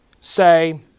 say